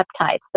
peptides